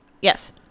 yes